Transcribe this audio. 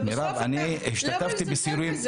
אבל בסוף למה לזלזל בזה?